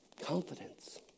Confidence